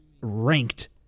ranked